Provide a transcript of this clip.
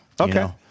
Okay